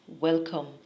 welcome